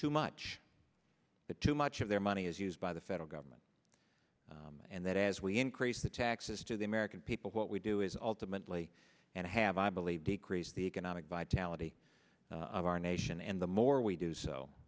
too much but too much of their money is used by the federal government and that as we increase the taxes to the american people what we do is ultimately and have i believe decrease the economic vitality of our nation and the more we do